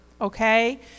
okay